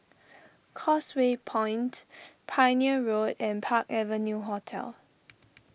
Causeway Point Pioneer Road and Park Avenue Hotel